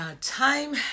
Time